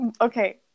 Okay